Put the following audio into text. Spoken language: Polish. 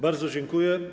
Bardzo dziękuję.